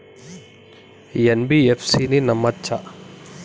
NBFC ని నమ్మచ్చా?